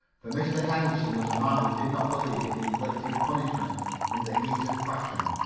for mr. henderson was a man who did not believe in inflicting punishment in the heat of passion.